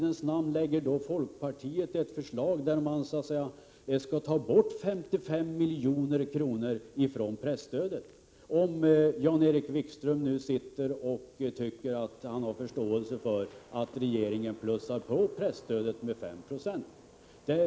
1987/88:118 friden lägger folkpartiet då fram ett förslag om att ta bort 55 milj.kr. från 10 maj 1988 presstödet, om Jan-Erik Wikström nu har förståelse för att regeringen plussar på presstödet 5 96?